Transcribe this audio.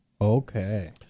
Okay